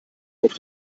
auf